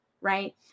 right